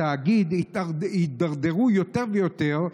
כעת בתאגיד הידרדרו יותר ויותר,